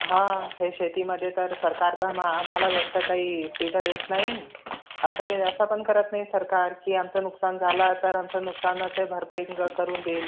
हां हे शेतीमध्ये तर सरकार तर मा आम्हाला जास्त काही सुविधा देत नाही आता बी असं पण करत नाही सरकार की आमचं नुकसान झालाा तर आमचं नुकसानं ते भरपाई करून देईल